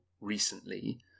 recently